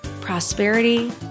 prosperity